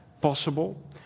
possible